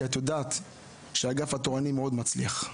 כי את יודעת שהאגף התורני מצליח מאוד.